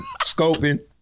scoping